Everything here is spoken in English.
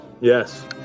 Yes